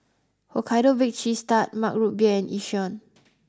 Hokkaido Baked Cheese Tart Mug Root Beer Yishion